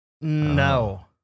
no